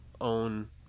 own